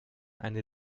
eine